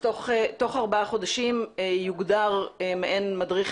אז תוך ארבעה חודשים יוגדר מעין מדריך